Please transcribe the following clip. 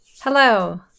Hello